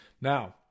Now